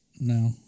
No